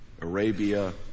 Arabia